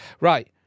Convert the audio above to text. right